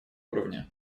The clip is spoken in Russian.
уровня